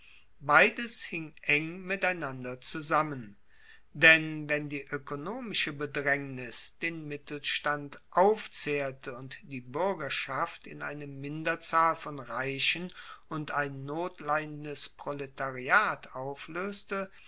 beides hing eng miteinander zusammen denn wenn die oekonomische bedraengnis den mittelstand aufzehrte und die buergerschaft in eine minderzahl von reichen und ein notleidendes proletariat aufloeste